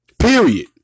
period